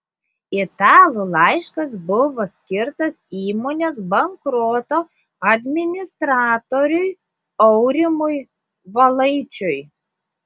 italų laiškas buvo skirtas įmonės bankroto administratoriui aurimui valaičiui